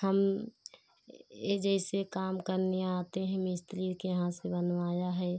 हम यह जैसे काम करने आते हैं मिस्त्री के यहाँ से बनवाया है